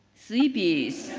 sleepy's.